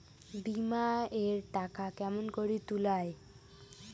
বিমা এর টাকা কেমন করি তুলা য়ায়?